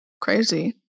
crazy